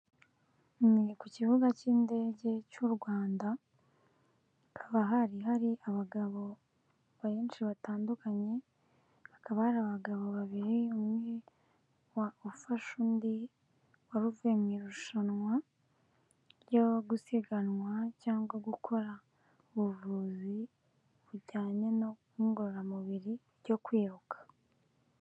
Ku kibuga cy'indege cy'u Rwanda hakaba hari hari abagabo benshi batandukanye, hakaba ari abagabo babiri umwe ufasha undi wari uvuye mu irushanwa ryo gusiganwa cyangwa gukora ubuvuzi bujyanye n'ingororamubiri ryo kwiruka.